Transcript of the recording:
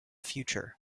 future